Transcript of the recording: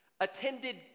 attended